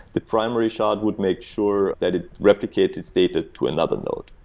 the primary shard would make sure that it replicates its data to another node.